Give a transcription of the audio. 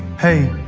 hey.